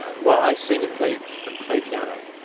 well, i sing and play and play piano.